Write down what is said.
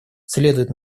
следует